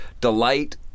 delight